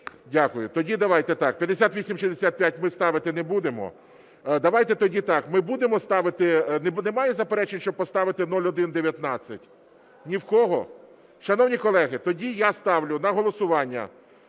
Тоді давайте так: 5865 ми ставити не будемо. Давайте тоді так. Ми будемо ставити, немає заперечень, щоб поставити 0119? Ні в кого? Шановні колеги, тоді я ставлю на голосування